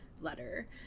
letter